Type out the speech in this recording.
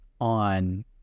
on